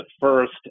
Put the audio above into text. first